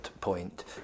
point